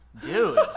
Dude